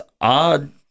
odd